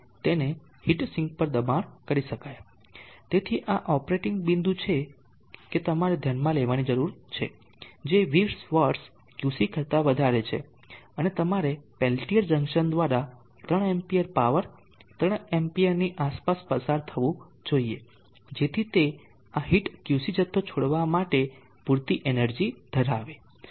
તેથી આ ઓપરેટીંગ બિંદુ છે કે તમારે ધ્યાનમાં લેવાની જરૂર છે કે જે 20 વોટસ QC કરતા વધારે છે અને તમારે પેલ્ટીઅર જંકશન દ્વારા 3 એમ્પી પાવર 3 એમ્પી ની આસપાસ પસાર થવું જોઈએ જેથી તે આ હીટ QC જથ્થો છોડવા માટે પૂરતી એનર્જી ધરાવે